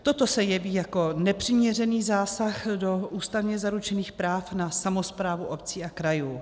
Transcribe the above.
Toto se jeví jako nepřiměřený zásah do ústavně zaručených práv na samosprávu obcí a krajů.